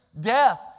Death